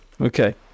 Okay